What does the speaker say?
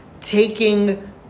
taking